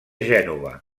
gènova